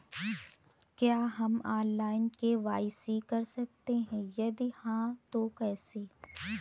क्या हम online KYC कर सकते हैं यदि हाँ तो कैसे?